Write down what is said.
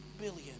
billion